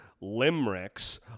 Limericks